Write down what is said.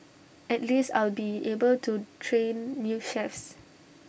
at least I'll be able to train new chefs